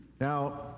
Now